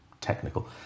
technical